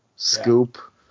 Scoop